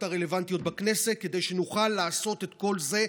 הרלוונטיות בכנסת כדי שנוכל לעשות את כל זה.